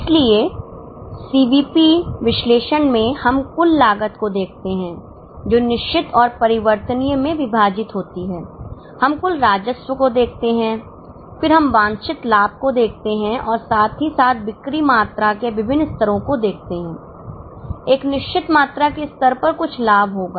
इसलिए सीवीपी विश्लेषण में हम कुल लागत को देखते हैं जो निश्चित और परिवर्तनीय में विभाजित होती है हम कुल राजस्व को देखते हैं फिर हम वांछित लाभ को देखते हैं और साथ ही साथ बिक्री मात्रा के विभिन्न स्तरों को देखते हैं एक निश्चित मात्रा के स्तर पर कुछ लाभ होगा